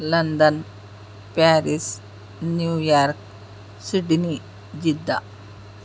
London Paris New York Sydney Jeddah